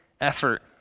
effort